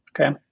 Okay